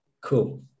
cool